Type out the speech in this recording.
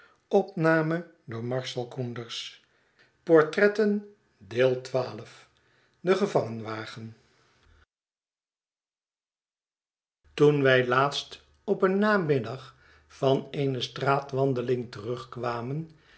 toen wij laatst op een namiddag van eene straatwandeling terugkwamen